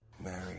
Mary